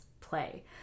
play